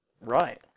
Right